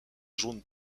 jaune